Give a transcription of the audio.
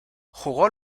jugó